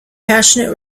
passionate